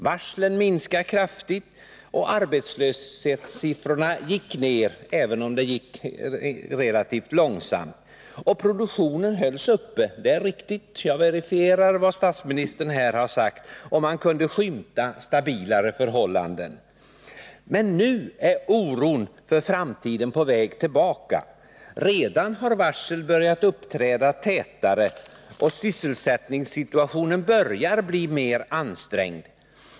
Varslen minskade kraftigt och arbetslöshetssiffrorna gick ned, även om det gick relativt långsamt. Produktionen hölls uppe — det är riktigt, jag verifierar vad statsministern här har sagt — och man kunde skymta stabilare förhållanden. Men nu är oron för framtiden på väg tillbaka. Redan har varsel börjat uppträda tätare och sysselsättningssituationen börjar bli mer ansträngd.